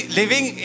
living